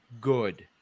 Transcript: good